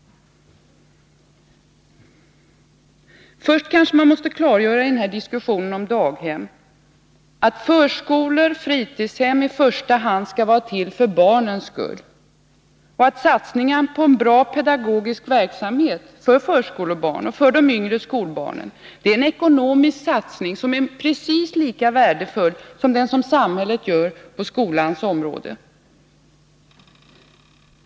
Först kanske man måste klargöra i denna diskussion om daghem, att förskolor och fritidshem i första hand skall vara till för barnens skull och att satsningen på en bra pedagogisk verksamhet för förskolebarn och för de yngre skolbarnen är en ekonomisk satsning som är precis lika värdefull som den som samhället gör på skolans område.